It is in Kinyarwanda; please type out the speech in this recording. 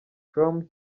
com